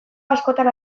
askotan